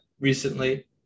recently